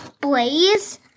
Blaze